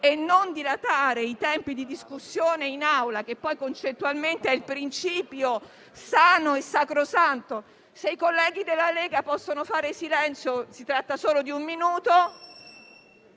e non dilatare i tempi di discussione in Aula, che poi concettualmente è un principio sano e sacrosanto... *(Brusio).* Chiedo ai colleghi della Lega se possono fare silenzio, perché si tratta solo di un minuto.